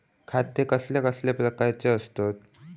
खाते कसल्या कसल्या प्रकारची असतत?